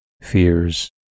fears